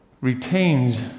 retains